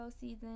season